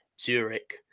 Zurich